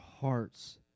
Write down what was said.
hearts